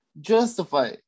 justify